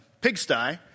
pigsty